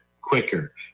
quicker